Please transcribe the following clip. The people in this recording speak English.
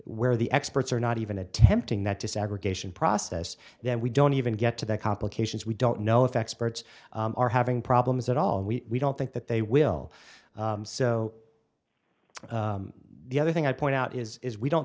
where the experts are not even attempting that desegregation process then we don't even get to the complications we don't know if experts are having problems at all and we don't think that they will so the other thing i point out is is we don't